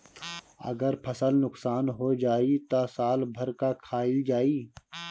अगर फसल नुकसान हो जाई त साल भर का खाईल जाई